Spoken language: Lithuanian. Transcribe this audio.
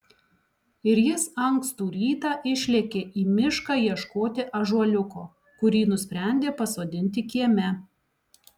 ir jis ankstų rytą išlėkė į mišką ieškoti ąžuoliuko kurį nusprendė pasodinti kieme